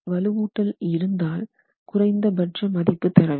வலுவூட்டல் இருந்தால் குறைந்தபட்ச மதிப்பு தரவேண்டும்